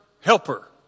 helper